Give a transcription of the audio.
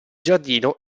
giardino